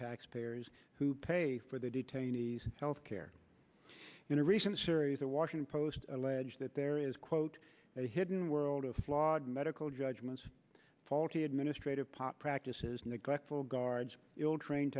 taxpayers who pay for the detainees health care in a recent series the washington post alleged that there is quote a hidden world of flawed medical judgments faulty administrative pop practices neglectful guards ill trained